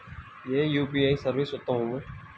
ఏ UPI service ఉత్తమము?